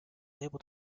able